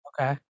Okay